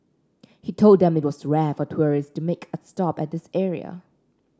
he told them that it was rare for tourist to make a stop at this area